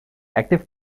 active